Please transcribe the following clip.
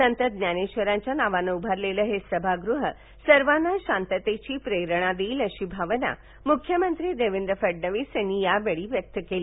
संत ज्ञानेक्षरांच्या नावाने उभारलेले हे सभागृह सर्वांना शांततेची प्रेरणा देईल अशी भावना मुख्यमंत्री देवेंद्र फडणवीस यांनी यावेळी व्यक्त केली